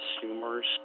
consumers